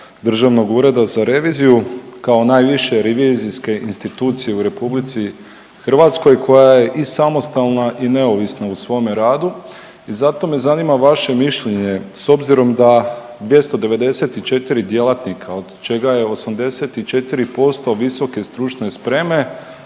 Državnog ureda za reviziju kao najviše revizijske institucije u RH koja je i samostalna i neovisna u svome radu. I zato me zanima vaše mišljenje s obzirom da 294 djelatnika od čega je 84% visoke stručne spreme,